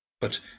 But